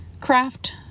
craft